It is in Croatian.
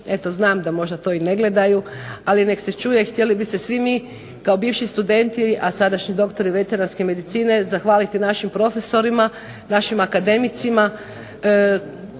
znam da to možda i ne gledaju ali neka se čuje. Htjeli bi se svi mi kao bivši studenti, a sadašnji doktori veterinarske medicine zahvaliti našim profesorima, našim akademicima